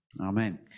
Amen